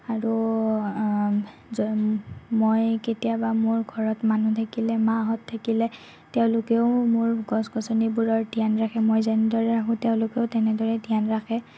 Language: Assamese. আৰু মই কেতিয়াবা মোৰ ঘৰত মানুহ থাকিলে মাহঁত থাকিলে তেওঁলোকেও মোৰ গছ গছনিবোৰৰ ধ্যান ৰাখে মই যেনেদৰে ৰাখোঁ তেওঁলোকেও তেনেদৰে ধ্যান ৰাখে